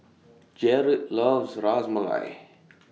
Jarod loves Ras Malai